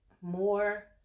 more